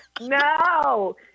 no